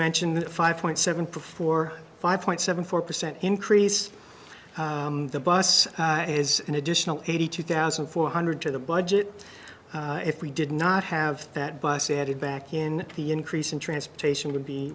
mentioned the five point seven performer five point seven four percent increase the bus is an additional eighty two thousand four hundred to the budget if we did not have that bus added back in the increase in transportation would be